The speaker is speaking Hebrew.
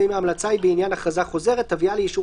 ואם ההמלצה היא בעניין הכרזה חוזרת תביאה לאישור